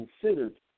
considered